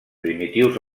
primitius